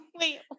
Wait